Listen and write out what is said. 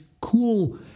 cool